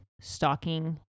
stalking